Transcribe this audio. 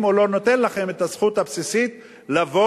אם הוא לא נותן לכם את הזכות הבסיסית לבוא,